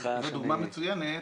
דוגמה מצוינת.